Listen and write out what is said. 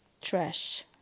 trash